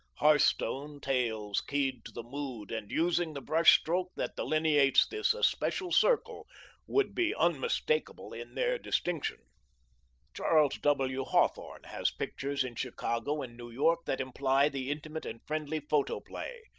hearthstone tales keyed to the mood and using the brush stroke that delineates this especial circle would be unmistakable in their distinction charles w. hawthorne has pictures in chicago and new york that imply the intimate-and-friendly photoplay.